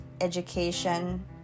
education